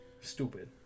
Stupid